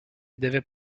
deve